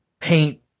paint